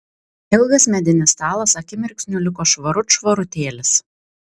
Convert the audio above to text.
ilgas medinis stalas akimirksniu liko švarut švarutėlis